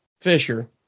Fisher